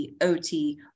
OT